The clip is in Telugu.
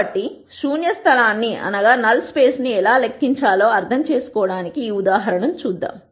కాబట్టి శూన్య స్థలాన్ని ఎలా లెక్కించాలో అర్థం చేసుకోవడానికి ఈ ఉదాహరణను చూద్దాం